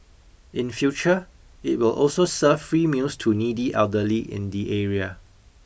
in future it will also serve free meals to needy elderly in the area